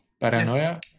paranoia